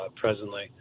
presently